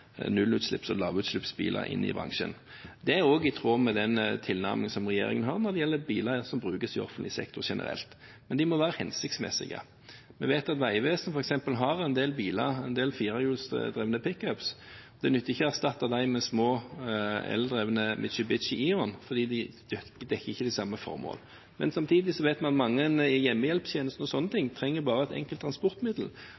nullutslipps- og lavutslippsbiler inn i bransjen. Det er også i tråd med den tilnærmingen regjeringen har når det gjelder biler som brukes i offentlig sektor generelt, men de må være hensiktsmessige. Vi vet at Vegvesenet f.eks. har en del biler, en del firehjulsdrevne pickups. Det nytter ikke å erstatte de med små eldrevne Mitsubishi Eon, for de dekker ikke samme formål. Men samtidig vet vi at mange i bl.a. hjemmehjelpstjenesten bare trenger et enkelt transportmiddel, og